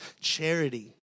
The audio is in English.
Charity